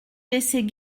laissait